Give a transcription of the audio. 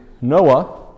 Noah